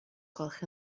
gwelwch